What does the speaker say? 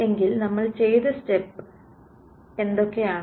എങ്കിൽ നമ്മൾ ചെയ്ത സ്റ്റെപ്സ് എന്തൊക്കെയാണ്